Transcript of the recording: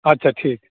अच्छा ठीक